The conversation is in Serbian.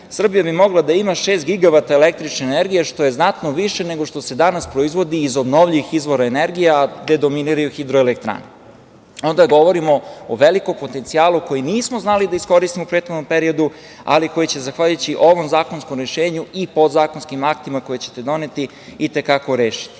Srbija bi mogla da ima šest gigabajta električne energije što je znatno više nego što se danas proizvodi iz obnovljivih izvora energije, a gde dominiraju hidroelektrane. Onda govorimo o velikom potencijalu koji nismo znali da iskoristimo u prethodnom periodu, ali koji će zahvaljujući ovom zakonskom rešenju i podzakonskim aktima koje ćete doneti i te kako rešiti. Šta